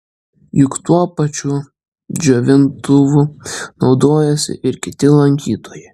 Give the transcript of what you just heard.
juk tuo pačiu džiovintuvu naudojasi ir kiti lankytojai